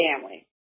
family